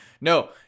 No